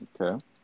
Okay